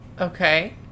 Okay